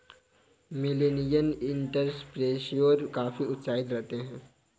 millennial entrepreneur काफी उत्साहित रहते हैं